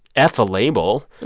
f a label